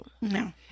No